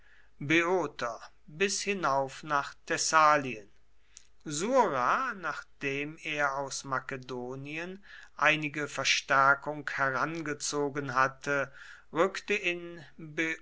böoter bis hinauf nach thessalien sura nachdem er aus makedonien einige verstärkung herangezogen hatte rückte in